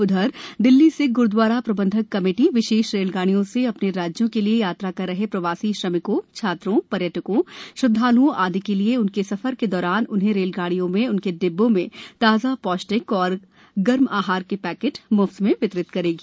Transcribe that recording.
उधरदिल्ली सिख ग्रुद्वारा प्रबंधक कमेटी विशेष रेलगाड़ियों से अपने राज्यों के लिए यात्रा कर रहे प्रवासी श्रमिकों छात्रों पर्यटकों श्रद्वाल्ओं आदि के लिए उनके सफर के दौरान उन्हें रेलगाड़ियों में उनके डिब्बों में ताजा पौष्टिक तथा गर्म आहार के पैकेट मुफ्त वितरित करेगी